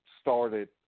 started